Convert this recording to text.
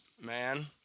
man